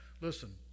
Listen